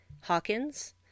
Hawkins